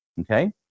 Okay